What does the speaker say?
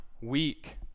weak